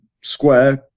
square